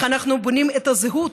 איך אנחנו בונים את הזהות,